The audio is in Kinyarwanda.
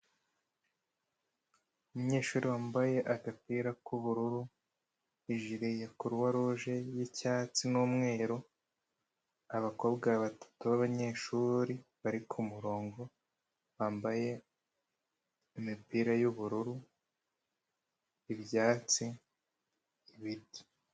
Umunyeshuri wambaye agapira k'ubururu, ijiri ya kuruwaruje y'icyatsi n'umweru; abakobwa batatu bab'anyeshuri bari ku murongo bambaye imipira y'ubururu ibyatsi ibiti.